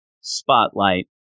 spotlight